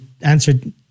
answered